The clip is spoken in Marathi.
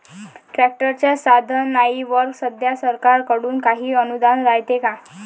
ट्रॅक्टरच्या साधनाईवर सध्या सरकार कडून काही अनुदान रायते का?